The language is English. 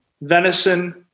venison